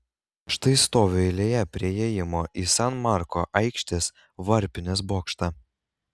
štai stoviu eilėje prie įėjimo į san marko aikštės varpinės bokštą